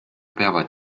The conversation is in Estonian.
peavad